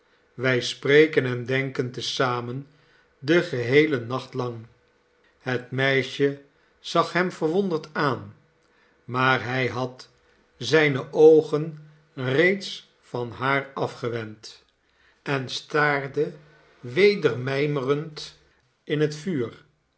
wij spreken en denken te zamen den geheelen nacht lang het meisje zag hem verwonderd aan maar hij had zijne oogen reeds van haar afgewend en staarde weder mijmerend in het vuur